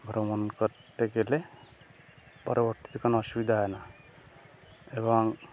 ভ্রমণ করতে গেলে পরবর্তীতে কোন অসুবিধা হয় না এবং